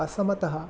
असमतः